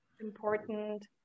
important